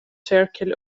circle